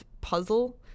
puzzle